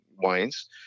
wines